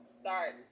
start